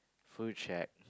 food shack